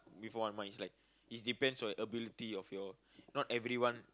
with one mindset is depends on your ability of your not everyone